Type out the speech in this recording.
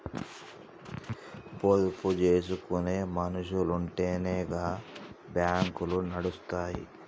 పొదుపు జేసుకునే మనుసులుంటెనే గా బాంకులు నడుస్తయ్